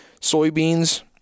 soybeans